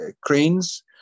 cranes